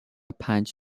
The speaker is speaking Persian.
پنج